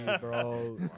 bro